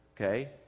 okay